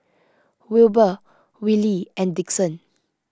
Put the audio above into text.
Wilber Willie and Dixon